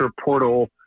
portal